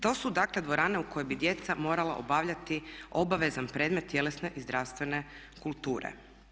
To su, dakle dvorane u kojima bi djeca morala obavljati obavezan predmet tjelesne i zdravstvene kulture.